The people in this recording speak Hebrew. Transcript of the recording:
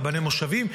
רבני מושבים,